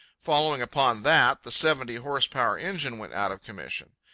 following upon that, the seventy-horse-power engine went out of commission.